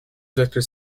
vector